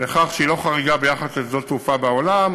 ואסמכתות לכך שהיא לא חריגה ביחס לשדות תעופה בעולם,